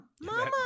mama